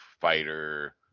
fighter